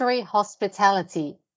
hospitality